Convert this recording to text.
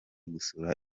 gusura